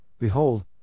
behold